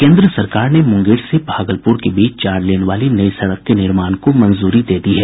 केन्द्र सरकार ने मूंगेर से भागलपूर के बीच चार लेन वाली नई सड़क के निर्माण को मंजूरी दे दी है